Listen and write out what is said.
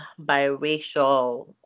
biracial